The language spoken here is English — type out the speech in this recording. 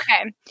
Okay